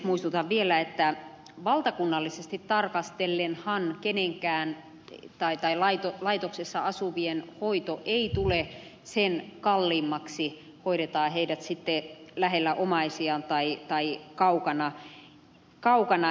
muistutan vielä että valtakunnallisesti tarkastellen hanke niinkään tai tai tarkastellenhan laitoksessa asuvien hoito ei tule sen kalliimmaksi hoidetaan heidät sitten lähellä omaisiaan tai kaukana heistä